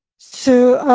so